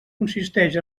consisteix